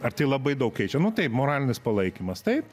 ar tai labai daug keičia nu taip moralinis palaikymas taip